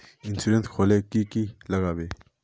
Insurance खोले की की लगाबे?